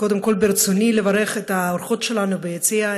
קודם כול ברצוני לברך את האורחות שלנו ביציע,